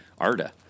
Arda